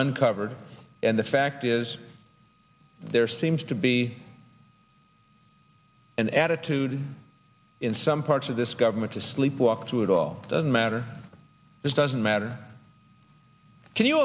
uncovered and the fact is there seems to be an attitude in some parts of this government to sleepwalk through it all doesn't matter it doesn't matter can you